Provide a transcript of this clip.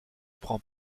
prend